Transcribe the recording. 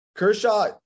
Kershaw